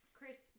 Chris